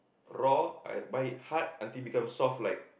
raw I buy hard until become soft like